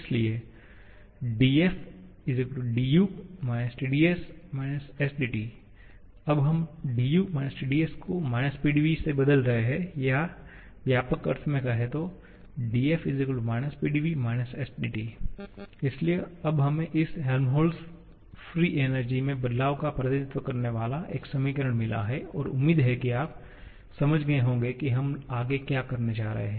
इसलिए df du − Tds − sdT अब हम 'du Tds' को Pdv से बदल रहे है या या व्यापक अर्थ में कहे तो dF−PdV − SdT इसलिए अब हमें इस हेल्महोल्ट्ज मुक्त ऊर्जा में बदलाव का प्रतिनिधित्व करने वाला एक समीकरण मिला है और उम्मीद है कि आप समझ गए होंगे कि हम आगे क्या करने जा रहे हैं